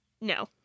no